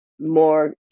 more